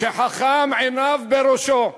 חכם עיניו בראשו.